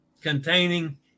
containing